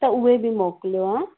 त उहे बि मोकिलियव